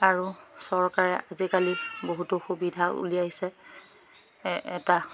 আৰু চৰকাৰে আজিকালি বহুতো সুবিধা উলিয়াইছে এটা